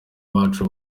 bacu